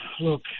Look